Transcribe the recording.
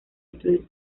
destruir